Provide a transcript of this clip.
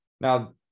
Now